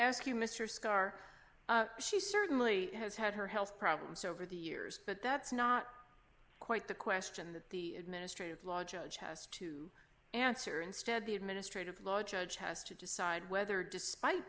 ask you mr scar she certainly has had her health problems over the years but that's not quite the question that the administrative law judge has to answer instead the administrative law judge has to decide whether despite